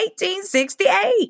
1868